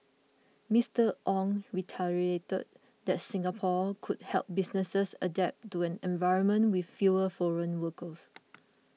Mister Ong reiterated that Singapore could help businesses adapt to an environment with fewer foreign workers